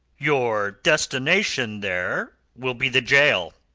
your destination there will be the gaol.